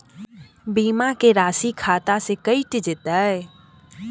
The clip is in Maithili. बीमा के राशि खाता से कैट जेतै?